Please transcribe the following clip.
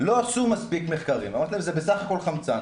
לא עשו מספיק מחקרים' אמרתי להם 'זה בסך הכל חמצן'.